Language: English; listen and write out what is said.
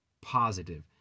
positive